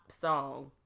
song